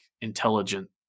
intelligent